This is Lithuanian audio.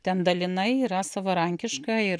ten dalinai yra savarankiška ir